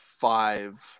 five